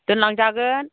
दोनलां जागोन